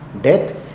death